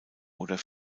oder